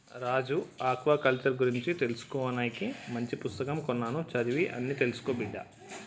రాజు aquaculture గురించి తెలుసుకోవానికి మంచి పుస్తకం కొన్నాను చదివి అన్ని తెలుసుకో బిడ్డా